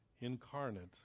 incarnate